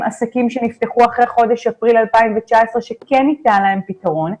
עסקים שנפתחו אחרי חודש אפריל 2019 שכן ניתן להם פתרון.